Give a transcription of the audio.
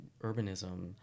urbanism